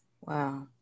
Wow